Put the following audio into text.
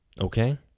Okay